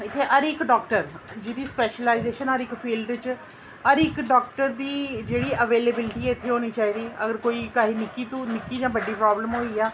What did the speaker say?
इत्थै हर इक डाक्टर जेह्दी स्पैस्लाइजेश्न हर इक फील्ड च हर इक डाक्टर दी जेह्ड़ी अवेलेबिलिटी इत्थै होनी चाहिदी अगर कोई चाहे निक्की तों निक्की जां बड्डी प्राब्लम होई जा